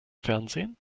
fernsehen